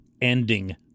ending